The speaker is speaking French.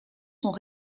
sont